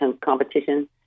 competition